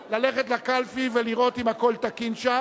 ללכת לקלפי ולראות אם הכול תקין שם,